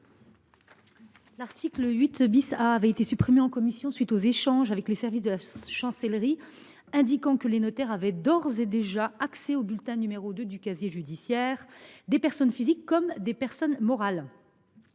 L’article 8 A avait été supprimé en commission à la suite d’échanges avec les services de la Chancellerie, qui nous ont indiqué que les notaires avaient d’ores et déjà accès au bulletin n° 2 du casier judiciaire des personnes physiques comme des personnes morales.